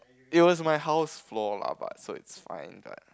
it was my house floor lah but so it's fine right